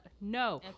no